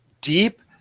deep